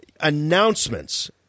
announcements